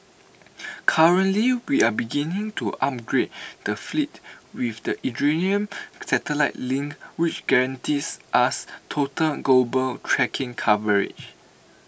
currently we are beginning to upgrade the fleet with the Iridium satellite link which guarantees us total global tracking coverage